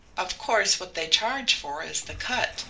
of course what they charge for is the cut